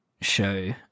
show